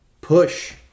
push